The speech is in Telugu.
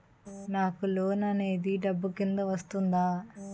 నాకు లోన్ అనేది డబ్బు కిందా వస్తుందా?